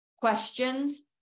questions